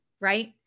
right